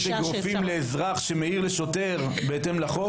אגרופים לאזרח שמעיר לשוטר בהתאם לחוק?